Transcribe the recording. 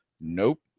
Nope